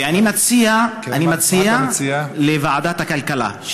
ואני מציע, לוועדת הכלכלה.